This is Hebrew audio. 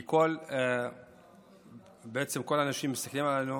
כי בעצם כל האנשים מסתכלים עלינו,